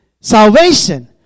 salvation